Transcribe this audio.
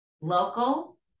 Local